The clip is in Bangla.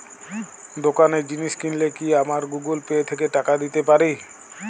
দোকানে জিনিস কিনলে কি আমার গুগল পে থেকে টাকা দিতে পারি?